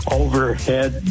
overhead